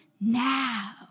now